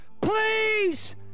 please